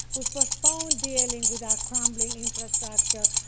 we've postponed dealing with our crumbling infrastructure,